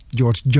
George